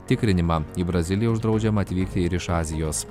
tikrinimą į braziliją uždraudžiama atvykti ir iš azijos